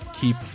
Keep